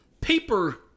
paper